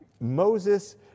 Moses